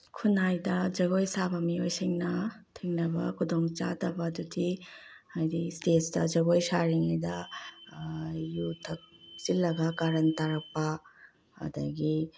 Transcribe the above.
ꯈꯨꯅꯥꯏꯗ ꯖꯒꯣꯏ ꯁꯥꯕ ꯃꯤꯑꯣꯏꯁꯤꯡꯅ ꯊꯦꯡꯅꯕ ꯈꯨꯗꯣꯡ ꯆꯥꯗꯕꯗꯨꯗꯤ ꯍꯥꯏꯗꯤ ꯁ꯭ꯇꯦꯖꯇ ꯖꯒꯣꯏ ꯁꯥꯔꯤꯉꯩꯗ ꯌꯨ ꯊꯛꯆꯤꯜꯂꯒ ꯀꯥꯔꯟ ꯇꯥꯔꯛꯄ ꯑꯗꯒꯤ